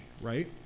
right